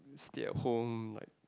stay at home like